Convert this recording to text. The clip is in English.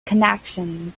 connection